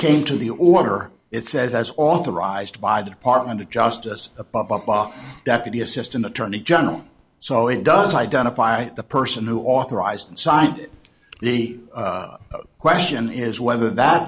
came to the order it says as authorized by the department of justice a puppet deputy assistant attorney general so it does identify the person who authorized and signed it the question is whether that